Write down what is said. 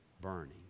burning